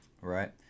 Right